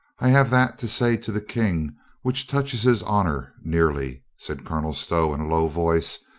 i have that to say to the king which touches his honor nearly, said colonel stow in a low voice,